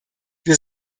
wir